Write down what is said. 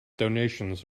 donations